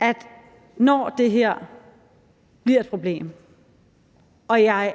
man, når det her bliver et problem – og jeg